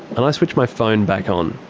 and i switch my phone back on.